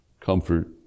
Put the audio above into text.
comfort